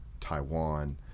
Taiwan